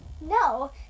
No